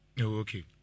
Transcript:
Okay